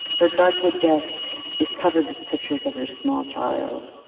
her dark wood desk is covered with pictures of her small child.